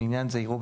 לעניין זה יראו,